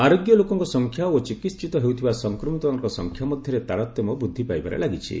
ଆରୋଗ୍ୟ ଲୋକଙ୍କ ସଂଖ୍ୟା ଓ ଚିକିିିିତ ହେଉଥିବା ସଂକ୍ରମିତମାନଙ୍କ ସଂଖ୍ୟା ମଧ୍ୟରେ ତାରତମ୍ୟ ବୃଦ୍ଧି ପାଇବାରେ ଲାଗିଛି